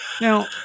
Now